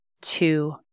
two